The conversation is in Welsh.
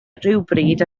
rhywbryd